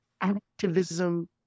activism